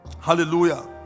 Hallelujah